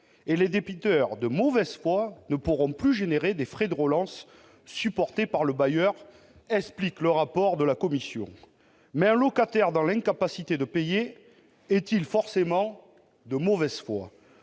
et les débiteurs de mauvaise foi ne pourraient plus générer de frais de relance supportés par le bailleur. Mais un locataire dans l'incapacité de payer est-il forcément de mauvaise foi ?